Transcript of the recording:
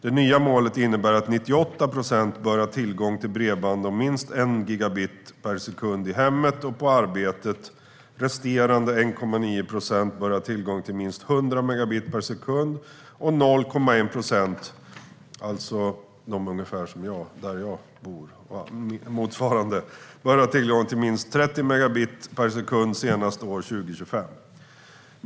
Det nya målet innebär att 98 procent bör ha tillgång till bredband om minst 1 gigabit per sekund i hemmet och på arbetet, resterande 1,9 procent bör ha tillgång till minst 100 megabit per sekund, och 0,1 procent - ungefär som där jag bor - bör ha tillgång till minst 30 megabit per sekund senast år 2025.